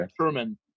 Truman